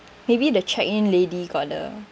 maybe the check in lady got the